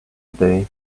today